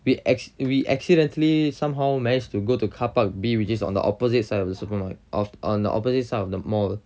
we actu~ we accidentally somehow managed to go to carpark B which is on the opposite side of the superma~ of on the opposite side of the mall